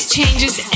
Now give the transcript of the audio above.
Changes